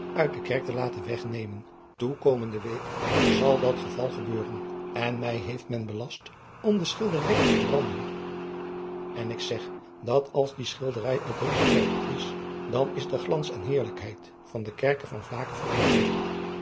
uit de kerk te laten wegnemen toekomende week zal dat geval gebeuren en mij heeft men belast om de schilderij te verbranden n ik zeg dat als die schilderij uit deze kerk is dan is de glans en heerlijkheid van de kerk van lake verdwenen